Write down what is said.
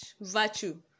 virtue